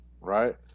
Right